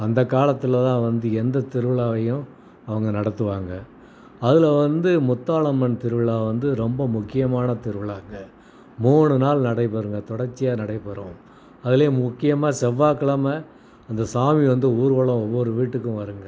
அந்த காலத்தில்தான் வந்து எந்த திருவிழாவையும் அவங்க நடத்துவாங்க அதில் வந்து முத்தாளம்மன் திருவிழா வந்து ரொம்ப முக்கியமான திருவிழாங்க மூணுநாள் நடைபெறுங்க தொடர்ச்சியாக நடைபெறும் அதில் முக்கியமாக செவ்வாக்கிழம அந்த சாமி வந்து ஊர்வலம் ஒவ்வொரு வீட்டுக்கும் வருங்க